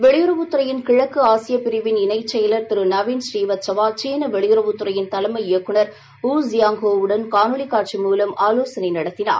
வெளியுறவுத் துறையின் கிழக்கு ஆசிய பிரிவின் இணைச் செயலர் திரு நவீன் பழீவத்சவா சீள வெளியுறவுத் துறையின் தலைமை இயக்குநர் ஊ ஜியாங்ஹோவுடன் இன்று காணொளி காட்சி மூலம் ஆலோசனை நடத்தினார்